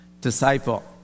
disciple